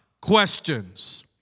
Questions